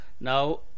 Now